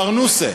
"פרנוסה",